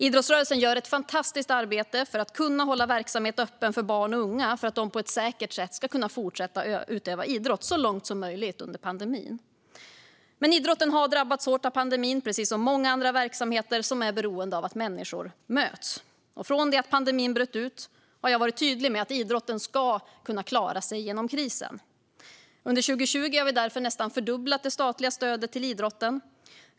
Idrottsrörelsen gör ett fantastiskt arbete för att kunna hålla verksamhet öppen för barn och unga så att de, så långt som möjligt, på ett säkert sätt ska kunna fortsätta utöva idrott under pandemin. Men idrotten har drabbats hårt av pandemin, precis som många andra verksamheter som är beroende av att människor möts. Från det att pandemin bröt ut har jag varit tydlig med att idrotten ska kunna klara sig genom krisen. Under 2020 har vi därför nästan fördubblat det statliga stödet till idrotten.